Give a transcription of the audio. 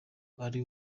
ari